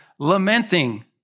Lamenting